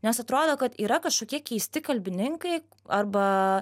nes atrodo kad yra kažkokie keisti kalbininkai arba